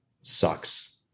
sucks